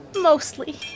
Mostly